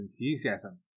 enthusiasm